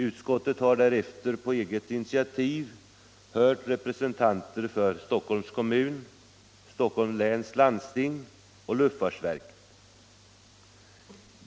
Utskottet har därefter på eget initiativ hört representanter för Stockholms kommun, Stockholms läns landsting och luftfartsverket.